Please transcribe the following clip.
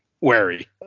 wary